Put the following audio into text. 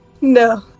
No